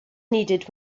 needed